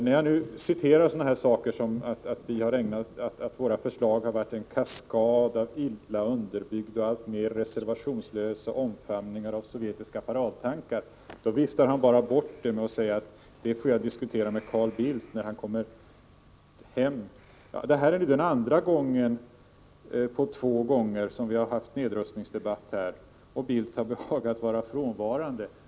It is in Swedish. När jag nu citerar sådana saker som att våra förslag har varit en kaskad av illa underbyggda och alltmer reservationslösa omfamningar av sovjetiska paradtankar, viftar Ivar Virgin bara bort detta genom att säga att jag får diskutera det med Carl Bildt, när denne kommer hem. Detta är andra gången på två gånger som vi har haft en nedrustningsdebatt här i kammaren och Carl Bildt har behagat vara frånvarande.